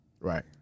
Right